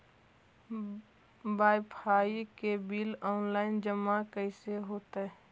Wifi के bill online जमा कैसे होतै?